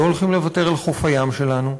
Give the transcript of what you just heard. לא הולכים לוותר על חוף הים שלנו,